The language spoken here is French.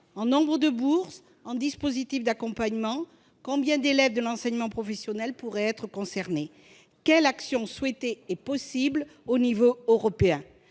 en nombre de bourses, en dispositifs d'accompagnement ? Combien d'élèves de l'enseignement professionnel pourraient être concernés ? Quelle action est-elle possible au niveau européen ?